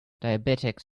diabetics